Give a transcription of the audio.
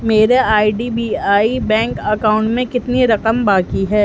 میرے I D B I bank account میں کتنی رقم باقی ہے